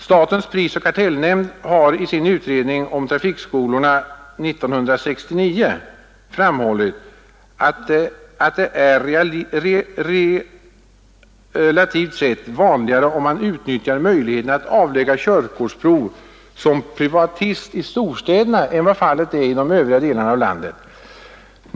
Statens prisoch kartellnämnd har i sin utredning om trafikskolorna år 1969 framhållit, att det är relativt sett vanligare, att man utnyttjar möjligheterna att avlägga körkortsprov som privatist i storstäderna än vad fallet är i övriga delar av landet.